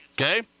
okay